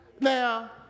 Now